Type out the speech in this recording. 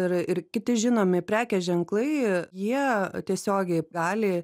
yra ir kiti žinomi prekės ženklai ir jie tiesiogiai gali